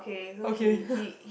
okay